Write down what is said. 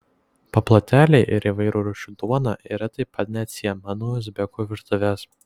paplotėliai ir įvairių rūšių duona yra taip pat neatsiejama nuo uzbekų virtuvės